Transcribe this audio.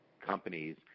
companies